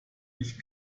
nicht